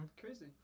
crazy